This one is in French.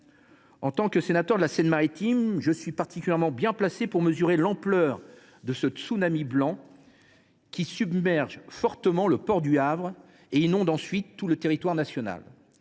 En tant que sénateur de la Seine Maritime, je suis particulièrement bien placé pour mesurer l’ampleur de ce « tsunami blanc », qui submerge fortement le port du Havre et inonde ensuite tout le territoire national.